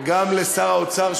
וגם לשר האוצר,